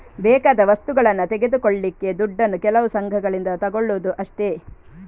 ಬೇಕಾದ ವಸ್ತುಗಳನ್ನ ತೆಗೆದುಕೊಳ್ಳಿಕ್ಕೆ ದುಡ್ಡನ್ನು ಕೆಲವು ಸಂಘಗಳಿಂದ ತಗೊಳ್ಳುದು ಅಷ್ಟೇ